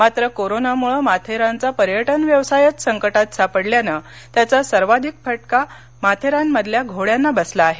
मात्र कोरोनामुळे माथेरानचा पर्यटन व्यवसायच संकटात सापडल्याने त्याचा सर्वाधिक फटका माथेरान मधल्या घोड्यांना बसला आहे